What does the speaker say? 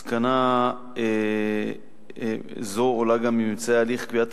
מסקנה זו עולה גם מממצאי הליך קביעת